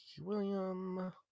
william